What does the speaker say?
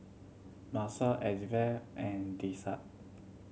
Manson Elizbeth and Tisha